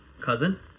Cousin